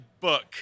book